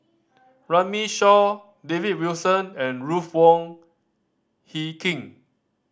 Runme Shaw David Wilson and Ruth Wong Hie King